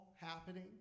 happening